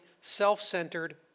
self-centered